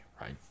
right